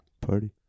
Party